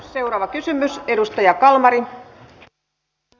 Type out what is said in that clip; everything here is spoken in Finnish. seuraava kysymys edustaja kalmari